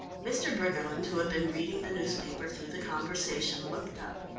mr. briggerland, who had been reading the newspaper through the conversation, looked up.